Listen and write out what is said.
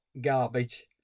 garbage